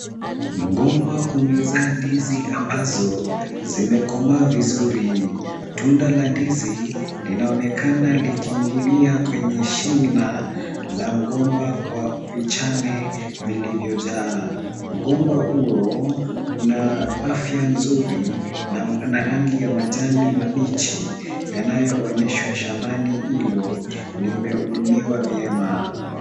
Mgomba umezaa ndizi ambazo zimekomaa vizuri. Tunda la ndizi linaonekana likiingilia kwenye shina la mgomba kwa vichane vilivyojaa, mgomba huo una afya nzuri na rangi ya kijani kibichi inayoonyesha shamba hilo limehudumiwa vyema.